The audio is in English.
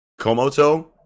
Komoto